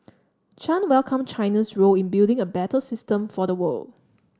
Chan welcome China's role in building a better system for the world